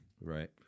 Right